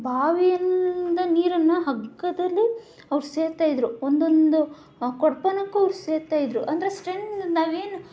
ಬಾವಿಯಿಂದ ನೀರನ್ನು ಹಗ್ಗದಲ್ಲಿ ಅವ್ರು ಸೇದ್ತಾ ಇದ್ದರು ಒಂದೊಂದು ಕೊಡಪಾನಕ್ಕು ಅವ್ರು ಸೇದ್ತಾ ಇದ್ದರು ಅಂದರೆ ಸ್ಟ್ರೇನ್ ನಾವೇನು